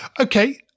Okay